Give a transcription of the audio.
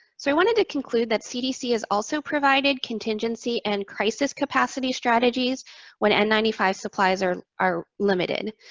so i wanted to conclude that cdc has also provided contingency and crises capacity strategies when n nine five supplies are are limited.